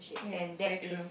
and that is